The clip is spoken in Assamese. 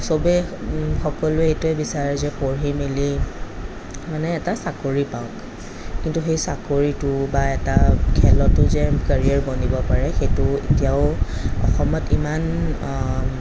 চবে সকলোৱে এইটোৱেই বিচাৰে যে পঢ়ি মেলি মানে এটা চাকৰি পাওক কিন্তু সেই চাকৰিটো বা এটা খেলতো যে কেৰিয়াৰ বনিব পাৰে সেইটো এতিয়াও অসমত ইমান